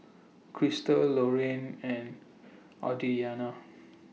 Crystal Loraine and Audrianna